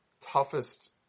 toughest